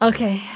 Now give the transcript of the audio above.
Okay